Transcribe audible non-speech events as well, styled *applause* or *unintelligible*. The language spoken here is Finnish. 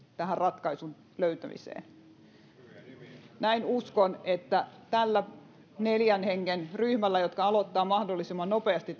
tähän ratkaisun löytämiseen uskon että tällä neljän hengen ryhmällä joka aloittaa työskentelyn mahdollisimman nopeasti *unintelligible*